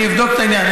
ואני אבדוק את העניין.